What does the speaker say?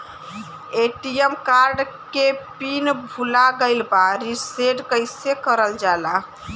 ATM card के PIN भूला गइल बा रीसेट कईसे करल जाला?